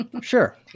sure